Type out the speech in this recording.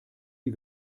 die